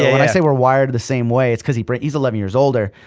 and i say we're wired the same way, it's cause he brain. he's eleven years older,